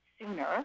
sooner